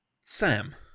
Sam